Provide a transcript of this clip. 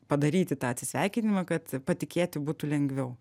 padaryti tą atsisveikinimą kad patikėti būtų lengviau